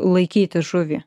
laikyti žuvį